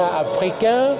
africain